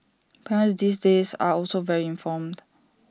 parents these days are also very informed